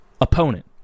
opponent